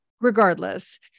Regardless